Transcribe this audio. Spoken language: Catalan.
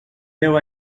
deu